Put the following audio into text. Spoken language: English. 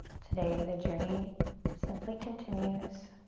today the journey simply continues.